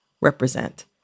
represent